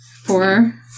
Four